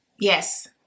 yes